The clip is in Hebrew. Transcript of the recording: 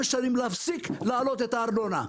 צריך להפסיק לחמש שנים את העלאת הארנונה.